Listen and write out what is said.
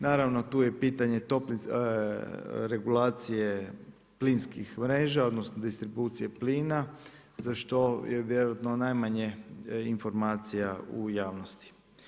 Naravno tu je i pitanje regulacije plinskih mreža, odnosno distribucije plina za što je vjerojatno najmanje informacija u javnosti.